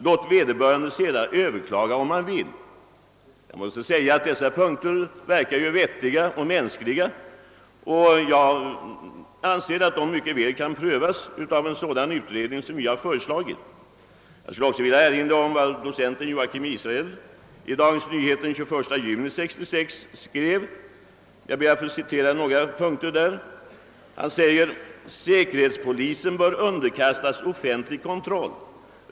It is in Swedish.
Låt vederbörande sedan överklaga om han vill.» Jag måste säga att dessa förslag verkar vettiga och mänskliga, och jag anser att de mycket väl kan prövas av en sådan utredning som vi har föreslagit. Jag skulle också vilja erinra om vad docent Joachim Israel skrev i Dagens Nyheter den 21 juni 1966. Jag ber att få nämna några punkter av hans uttalanden där: Säkerhetspolisen bör underkastas offentlig kontroll.